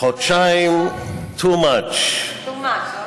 חודשיים too much, too much.